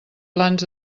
plans